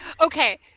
Okay